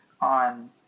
on